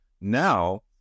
Now